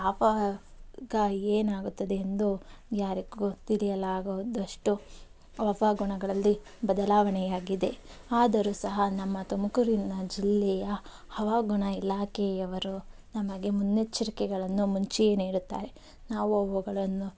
ಯಾವಾಗ ಏನಾಗುತ್ತದೆ ಎಂದು ಯಾರಿಗೂ ತಿಳಿಯಲಾಗದಷ್ಟು ಹವಾಗುಣಗಳಲ್ಲಿ ಬದಲಾವಣೆಯಾಗಿದೆ ಆದರೂ ಸಹ ನಮ್ಮ ತುಮಕೂರಿನ ಜಿಲ್ಲೆಯ ಹವಾಗುಣ ಇಲಾಖೆಯವರು ನಮಗೆ ಮುನ್ನೆಚರಿಕೆಗಳನ್ನು ಮುಂಚೆಯೇ ನೀಡುತ್ತಾರೆ ನಾವು ಅವುಗಳನ್ನು